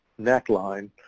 neckline